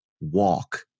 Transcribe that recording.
Walk